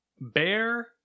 Bear